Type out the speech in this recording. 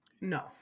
No